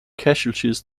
casualties